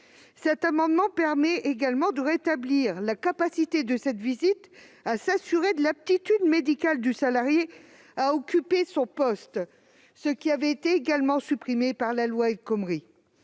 cet amendement permettrait également de rétablir la capacité de cette visite à s'assurer de l'aptitude médicale du salarié à occuper son poste, également empêchée par la loi El Khomri.